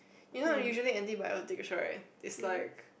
you know usually antibiotics right is like